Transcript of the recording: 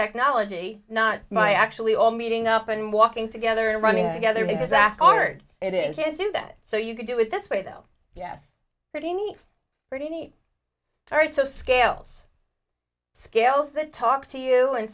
technology not my actually all meeting up and walking together and running together exactly art it is can't do that so you can do it this way though yes pretty neat pretty neat carissa scales scales that talk to you and